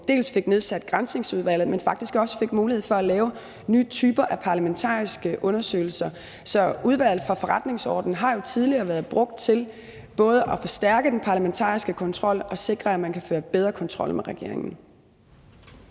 både fik nedsat Granskningsudvalget, men faktisk også fik mulighed for at lave nye typer af parlamentariske undersøgelser. Så Udvalget for Forretningsordenen har jo tidligere været brugt til både at forstærke den parlamentariske kontrol og sikre, at man kan føre bedre kontrol med regeringen.